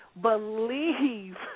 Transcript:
Believe